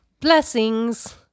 blessings